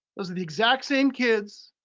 those are the exact same kids,